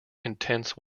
intense